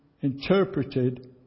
interpreted